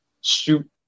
shoot